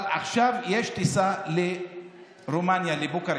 אבל עכשיו יש טיסה לרומניה, לבוקרשט.